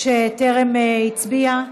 שטרם הצביע?